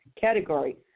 category